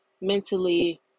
mentally